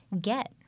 get